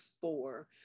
four